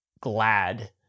glad